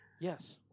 Yes